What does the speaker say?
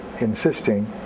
insisting